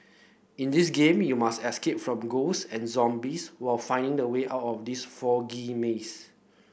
in this game you must escape from ghost and zombies while finding the way out of this foggy maze